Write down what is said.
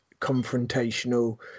confrontational